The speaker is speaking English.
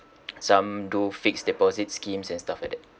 some do fixed deposit schemes and stuff like that